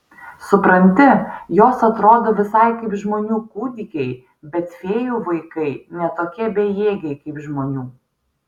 supranti jos atrodo visai kaip žmonių kūdikiai bet fėjų vaikai ne tokie bejėgiai kaip žmonių